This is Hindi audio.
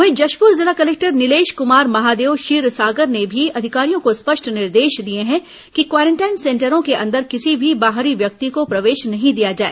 वहीं जशपुर जिला कलेक्टर नीलेश कुमार महादेव क्षीरसागर ने भी अधिकारियों को स्पष्ट निर्देश दिए हैं कि क्वारेंटाइन सेंटरों के अंदर किसी भी बाहरी व्यक्ति को प्रवेश नहीं दिया जाए